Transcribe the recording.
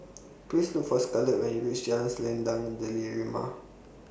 Please Look For Scarlet when YOU REACH Jalan Selendang